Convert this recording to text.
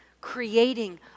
creating